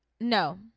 No